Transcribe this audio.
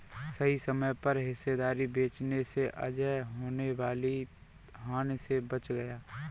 सही समय पर हिस्सेदारी बेचने से अजय होने वाली हानि से बच गया